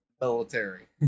military